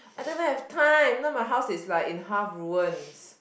I don't even have time now my house is like in half ruins